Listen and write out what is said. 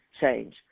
change